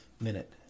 minute